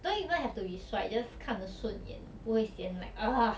don't even have to be 帅 just 看得顺眼不会 sian like